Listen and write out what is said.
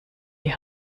die